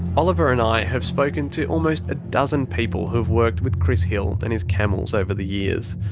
oliver and i have spoken to almost a dozen people who've worked with chris hill and his camels over the years.